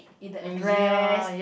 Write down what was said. in the address